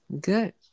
Good